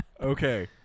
okay